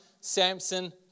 Samson